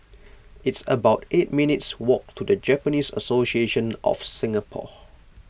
it's about eight minutes walk to the Japanese Association of Singapore